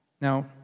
Now